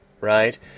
right